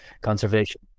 Conservation